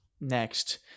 next